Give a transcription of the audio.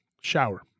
shower